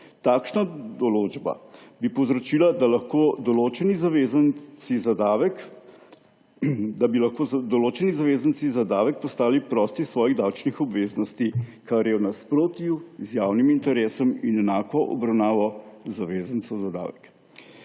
Takšna določba bi povzročila, da bi lahko določeni zavezanci za davek postali prosti svojih davčnih obveznosti, kar je v nasprotju z javnim interesom in enako obravnavo zavezancev za davek.